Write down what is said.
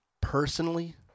personally